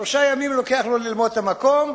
שלושה ימים לוקח לו ללמוד את המקום,